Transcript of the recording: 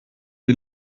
die